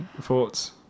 thoughts